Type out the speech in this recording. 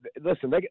listen